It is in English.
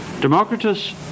Democritus